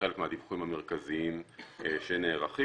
חלק מהדיווחים המרכזיים שנערכים.